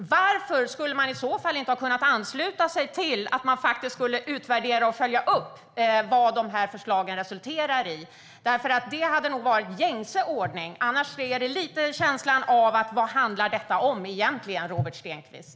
Varför skulle de i så fall inte ha kunnat ansluta sig till att man ska utvärdera och följa upp vad förslagen resulterar i? Det hade nog varit gängse ordning. Annars ger det lite känslan av: Vad handlar detta egentligen om, Robert Stenkvist?